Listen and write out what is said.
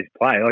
play